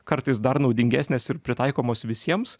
kartais dar naudingesnės ir pritaikomos visiems